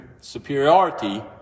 superiority